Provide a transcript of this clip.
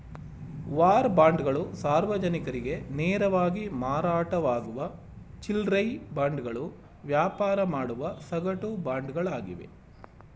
war ಬಾಂಡ್ಗಳು ಸಾರ್ವಜನಿಕರಿಗೆ ನೇರವಾಗಿ ಮಾರಾಟವಾಗುವ ಚಿಲ್ಲ್ರೆ ಬಾಂಡ್ಗಳು ವ್ಯಾಪಾರ ಮಾಡುವ ಸಗಟು ಬಾಂಡ್ಗಳಾಗಿವೆ